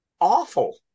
awful